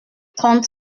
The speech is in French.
trente